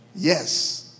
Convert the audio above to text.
Yes